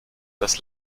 das